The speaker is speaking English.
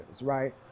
right